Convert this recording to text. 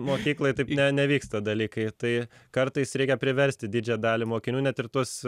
mokykloj taip ne nevyksta dalykai tai kartais reikia priversti didžiąją dalį mokinių net ir tuos